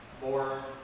more